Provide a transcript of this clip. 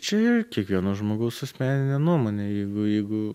čia kiekvieno žmogaus asmeninė nuomonė jeigu jeigu